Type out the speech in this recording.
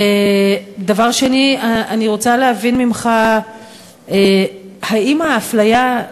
דבר שני, אני רוצה להבין ממך האם האפליה,